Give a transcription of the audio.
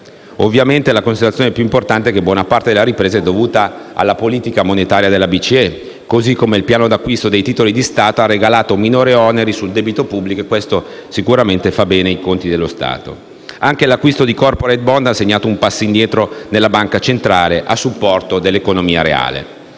Ovviamente, la considerazione più importante è relativa al fatto che buona parte della ripresa è dovuta alla politica monetaria della BCE, così come il piano di acquisto di titoli di Stato ha regalato minori oneri sul debito pubblico e questo sicuramente fa bene ai conti dello Stato. Anche l'acquisto di *corporate bond* ha segnato un passo diretto della Banca centrale a supporto dell'economia reale.